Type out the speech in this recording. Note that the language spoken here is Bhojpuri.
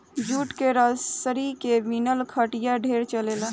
जूट के रसरी के बिनल खटिया ढेरे चलेला